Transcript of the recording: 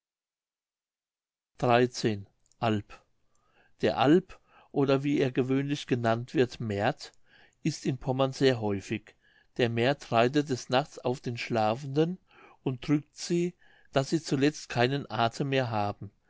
der alp oder wie er gewöhnlich genannt wird märt ist in pommern sehr häufig der märt reitet des nachts auf den schlafenden und drückt sie daß sie zuletzt keinen athem mehr haben